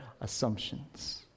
assumptions